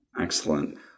Excellent